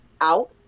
out